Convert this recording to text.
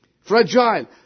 Fragile